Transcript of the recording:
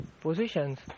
positions